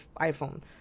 iPhone